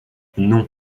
non